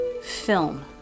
film